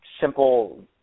simple